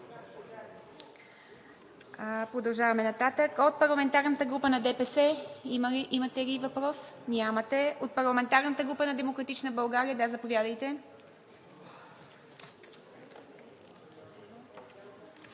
Продължаваме нататък. От парламентарната група на ДПС имате ли въпрос? Нямате. От парламентарната група на „Демократична България“? Да, заповядайте,